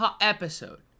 episode